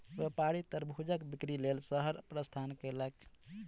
व्यापारी तरबूजक बिक्री लेल शहर प्रस्थान कयलक